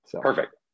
perfect